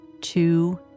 two